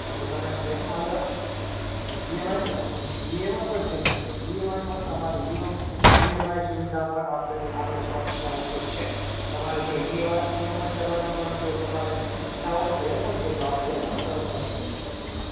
એટલે તમે કૅશમાં લો E M I E M I પણ થઇ શકે ઈ એમ આઈ પર તમારી ઈ એમ આઈ સુવિધા પણ આપણી શૉપ ત્યાં ઊપલબ્ધ છે તમારે જો E M I E M I કરવાની પણ જો તમારે ઈચ્છા હોય તો એ પણ